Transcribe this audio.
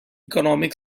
economic